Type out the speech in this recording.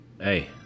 Hey